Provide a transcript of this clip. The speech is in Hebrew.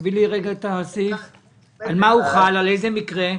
על איזה מקרה?